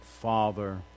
Father